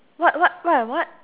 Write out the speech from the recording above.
what what what are what